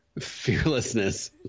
Fearlessness